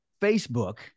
Facebook